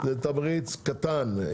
זה תמריץ קטן.